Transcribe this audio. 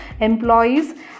employee's